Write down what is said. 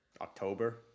October